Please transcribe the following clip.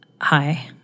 Hi